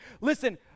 Listen